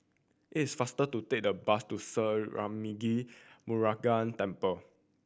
it's faster to take the bus to Sri Arulmigu Murugan Temple